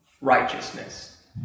righteousness